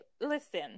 listen